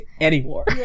anymore